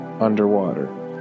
underwater